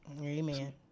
Amen